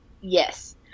yes